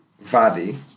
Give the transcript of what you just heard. Vadi